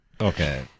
Okay